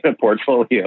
portfolio